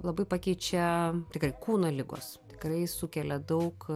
labai pakeičia tikrai kūno ligos tikrai sukelia daug